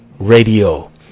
radio